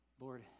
Lord